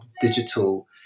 digital